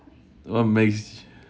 what makes